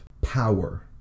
power